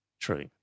True